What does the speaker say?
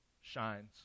shines